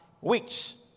weeks